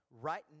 right